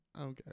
Okay